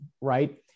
Right